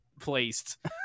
Placed